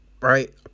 right